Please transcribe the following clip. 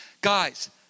Guys